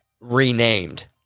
renamed